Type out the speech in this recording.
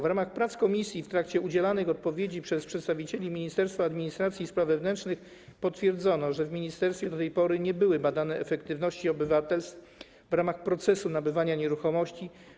W ramach prac komisji w trakcie odpowiedzi udzielanych przez przedstawicieli Ministerstwa Administracji i Spraw Wewnętrznych potwierdzono, że w ministerstwie do tej pory nie była badana efektywność obywatelstw w ramach procesu nabywania nieruchomości.